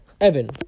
Evan